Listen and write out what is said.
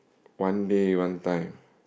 one day one time